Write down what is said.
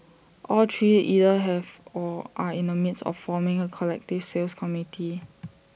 all three either have or are in the midst of forming A collective sales committee